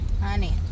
honey